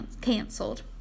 canceled